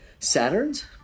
Saturns